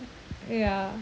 ya